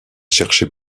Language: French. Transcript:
chercher